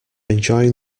enjoying